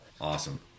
awesome